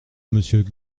monsieur